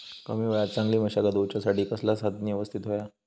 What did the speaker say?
कमी वेळात चांगली मशागत होऊच्यासाठी कसला साधन यवस्तित होया?